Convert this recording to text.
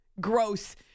Gross